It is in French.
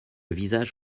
visage